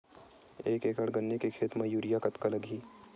एक एकड़ गन्ने के खेती म यूरिया कतका लगही?